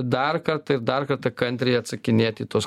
dar kartą ir dar kartą kantriai atsakinėt į tuos